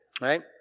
Right